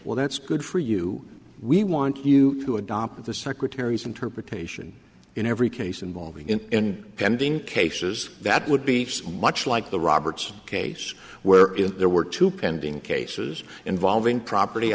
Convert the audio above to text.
well that's good for you we want you to adopt the secretary's interpretation in every case involving in pending cases that would be much like the roberts case where there were two pending cases involving property